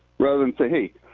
rather than say, hey,